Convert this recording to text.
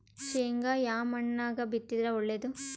ಶೇಂಗಾ ಯಾ ಮಣ್ಣಾಗ ಬಿತ್ತಿದರ ಒಳ್ಳೇದು?